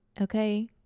okay